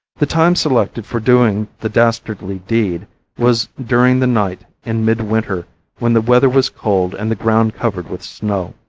the time selected for doing the dastardly deed was during the night in midwinter when the weather was cold and the ground covered with snow.